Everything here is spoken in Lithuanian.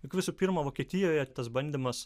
juk visų pirma vokietijoje tas bandymas